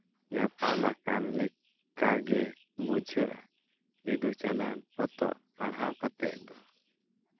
ᱧᱟᱯᱟᱢ ᱟᱠᱟᱱ ᱞᱮᱠᱟᱜᱮ ᱵᱩᱡᱷᱟᱹᱜᱼᱟ ᱵᱤᱫᱩ ᱪᱟᱸᱫᱟᱱ ᱯᱚᱛᱚᱵ ᱯᱟᱲᱦᱟᱣ ᱠᱟᱛᱮ ᱫᱚ